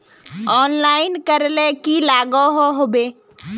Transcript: Online करले की लागोहो होबे?